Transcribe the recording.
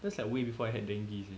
that's like way before I had dengue seh